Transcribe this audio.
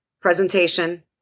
Presentation